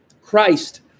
Christ